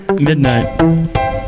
Midnight